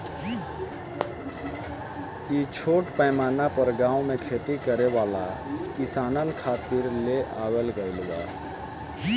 इ छोट पैमाना पर गाँव में खेती करे वाला किसानन खातिर ले आवल गईल बा